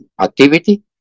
activity